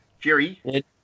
Jerry